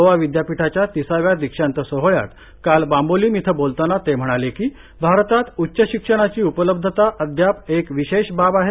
गोवा विदयापीठाच्या तिसाव्या दीक्षांत सोहळ्यात काल बांबोलिम इथं बोलताना ते म्हणाले की भारतात उच्च शिक्षणाची उपलब्धता अद्याप एक विशेष बाब आहे